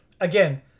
again